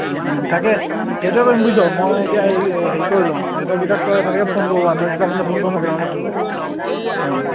তাকে সেইটোৱে কৰিম বুইছ মই এতিয়া হেৰি হেৰি কৰি লওঁ ইহঁতকেইটাক তই এটা এটাকৈ ফোন কৰোঁ আৰু তই কেইটামানলৈ ফোন কৰ মই কেইটামানলৈ ফোন কৰোঁ